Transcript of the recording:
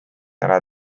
ära